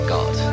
God